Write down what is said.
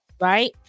right